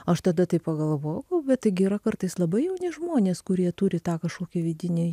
aš tada taip pagalvojau bet taigi yra kartais labai jauni žmonės kurie turi tą kažkokį vidinėj